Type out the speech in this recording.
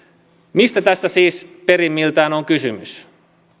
mistä tässä siis perimmiltään on kysymys